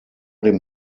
dem